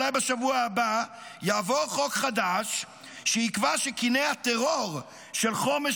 אולי בשבוע הבא יעבור חוק חדש שיקבע שקיני הטרור של חומש